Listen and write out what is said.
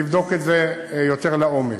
אני אבדוק את זה יותר לעומק.